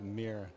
meer